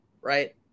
right